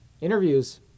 Interviews